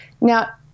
Now